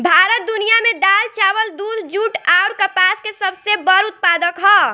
भारत दुनिया में दाल चावल दूध जूट आउर कपास के सबसे बड़ उत्पादक ह